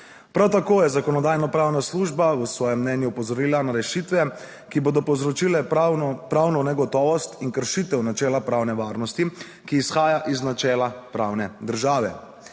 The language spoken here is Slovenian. Prav tako je zakonodajno-pravna služba v svojem mnenju opozorila na rešitve, ki bodo povzročile pravno negotovost in kršitev načela pravne varnosti, ki izhaja iz načela pravne države.